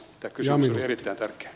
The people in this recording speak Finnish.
tämä kysymys oli erittäin tärkeä